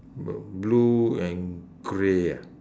blue and grey ah